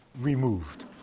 removed